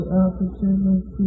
opportunity